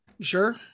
Sure